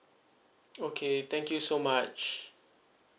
okay thank you so much